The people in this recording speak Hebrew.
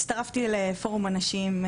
הצטרפתי לפורום הנשים,